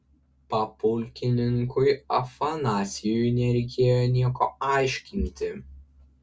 papulkininkiui afanasijui nereikėjo nieko aiškinti